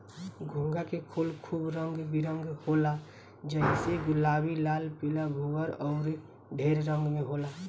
घोंघा के खोल खूब रंग बिरंग होला जइसे गुलाबी, लाल, पीला, भूअर अउर ढेर रंग में होला